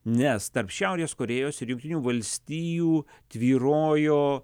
nes tarp šiaurės korėjos ir jungtinių valstijų tvyrojo